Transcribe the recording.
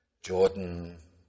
Jordan